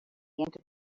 into